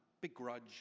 begrudge